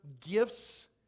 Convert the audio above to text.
gifts